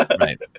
Right